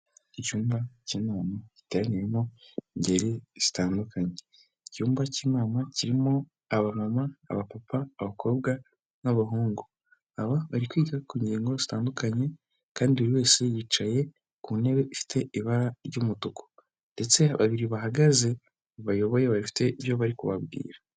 Icyumba cy'inama giteraniyemo ingeri zitandukanye, icyumba cy'inama kirimo abamama, abapapa, abakobwa n'abahungu, aba bari kwita ku ngingo zitandukanye kandi buri wese yicaye ku ntebe ifite ibara ry'umutuku ndetse babiri bahagaze mu bayoboye bafite ibyo bari kubabwira.